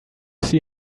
see